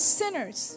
sinners